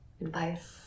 Advice